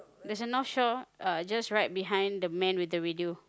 there's a North Shore uh just right behind the man with the radio